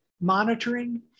monitoring